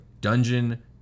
Dungeon